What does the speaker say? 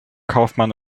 kaufmann